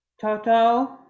Toto